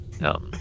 No